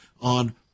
on